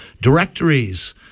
directories